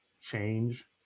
change